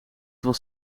was